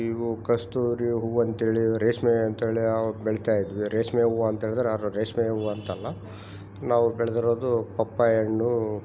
ಇವು ಕಸ್ತೂರಿ ಹೂವು ಅಂತೇಳಿ ರೇಷ್ಮೆ ಅಂತೇಳಿ ಆವಾಗ್ ಬೆಳೀತಯಿದ್ವಿ ರೇಷ್ಮೆ ಹೂವು ಅಂತೇಳಿದ್ರೆ ರೇಷ್ಮೆ ಹೂವು ಅಂತಲ್ಲ ನಾವು ಬೆಳೆದಿರೋದು ಪಪ್ಪಾಯಣ್ಣು